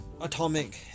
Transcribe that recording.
atomic